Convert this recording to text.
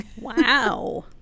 Wow